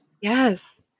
Yes